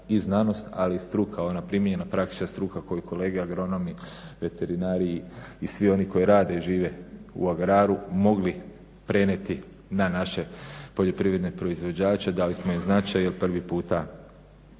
i znanost, ali i struka, ona primijenjena praktična struka koju kolege agronomi, veterinari i svi oni koji rade i žive u agraru mogli prenijeti na naše poljoprivredne proizvođače, dali smo im značaj jer prvi puta